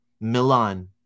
Milan